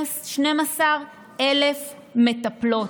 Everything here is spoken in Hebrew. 12,000 מטפלות.